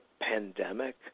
pandemic